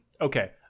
Okay